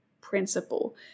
principle